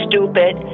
stupid